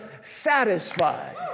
satisfied